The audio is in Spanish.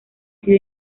sido